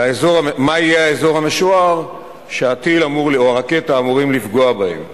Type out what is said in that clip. מה יהיה האזור המשוער שהטיל או הרקטה אמורים לפגוע בהם.